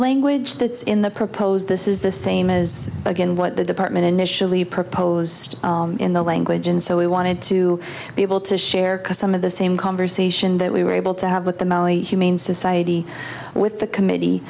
language that's in the proposed this is the same as again what the department initially proposed in the language and so we wanted to be able to share cause some of the same conversation that we were able to have with the molly humane society with the committee